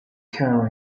kara